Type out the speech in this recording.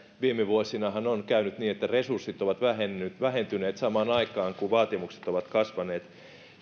viime vuosinahan on käynyt niin että resurssit ovat vähentyneet vähentyneet samaan aikaan kun vaatimukset ovat kasvaneet